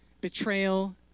betrayal